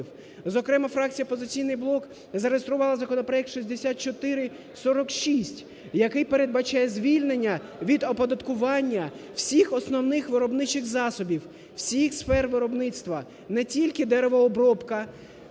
Зокрема, фракція "Опозиційний блок" зареєструвала законопроект 6446, який передбачає звільнення від оподаткування всіх основних виробничих засобів, всіх сфер виробництва. Не тільки деревообробка,